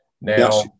now